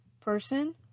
person